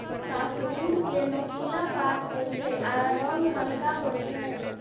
softwood केँ नोकीला पात होइ छै आ रंग हल्का होइ छै